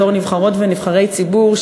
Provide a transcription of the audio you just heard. בתור נבחרות ונבחרי ציבור,